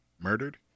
murdered